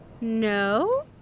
No